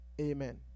Amen